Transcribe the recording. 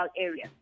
area